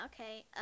okay